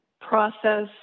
process